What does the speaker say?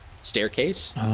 staircase